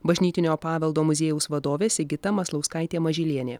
bažnytinio paveldo muziejaus vadovė sigita maslauskaitė mažylienė